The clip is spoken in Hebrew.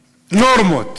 נורמות.